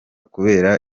kubera